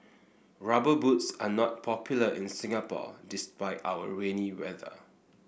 rubber boots are not popular in Singapore despite our rainy weather